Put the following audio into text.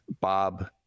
Bob